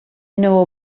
know